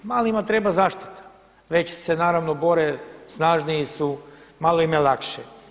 Malima treba zaštita, veći se naravno bore, snažniji su, malo im je lakše.